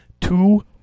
two